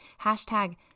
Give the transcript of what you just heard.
Hashtag